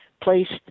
placed